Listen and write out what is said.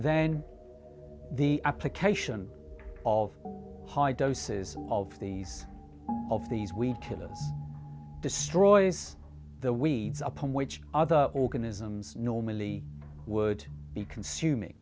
then the application of high doses of the of these we can destroy the weeds upon which other organisms normally would be consuming